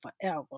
forever